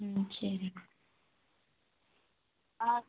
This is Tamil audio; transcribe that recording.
ம் சரிங்க ஆ